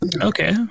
Okay